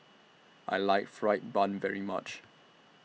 I like Fried Bun very much